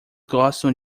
gostam